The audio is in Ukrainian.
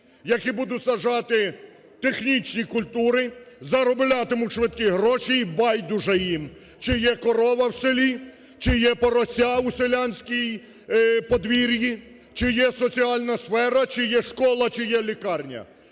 які будуть саджати технічні культури, зароблятимуть швидкі гроші і байдуже їм, чи є корова в селі, чи є порося на селянському подвір'ї, чи є соціальна сфера, чи є школа, чи є лікарня.